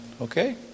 Okay